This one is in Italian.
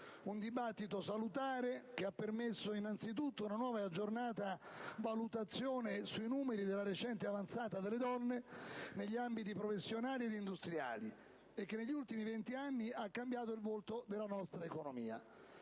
Un dibattito salutare che ha permesso innanzi tutto una nuova e aggiornata valutazione sui numeri della recente avanzata delle donne negli ambiti professionali e industriali, che negli ultimi venti anni ha cambiato il volto della nostra economia.